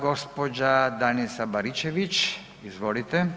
Gospođa Danica Baričević, izvolite.